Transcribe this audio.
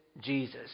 Jesus